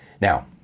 Now